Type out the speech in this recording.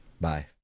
Bye